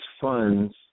funds